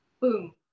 boom